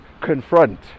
confront